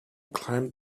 climbed